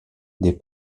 des